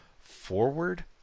forward